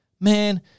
man